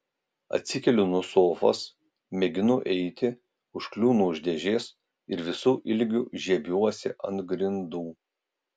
atsikeliu nuo sofos mėginu eiti užkliūnu už dėžės ir visu ilgiu žiebiuosi ant grindų